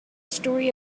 story